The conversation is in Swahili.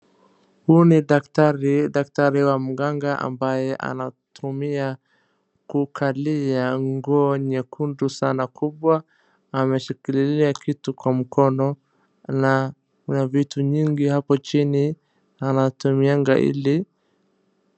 Huu ni daktari, daktari wa mganga ambaye anatumia kukalia nguo nyekundu sana kubwa. Ameshikilia kitu kwa mkono na ni vitu nyingi hapo chini anatumianga ili.